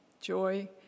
joy